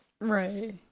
Right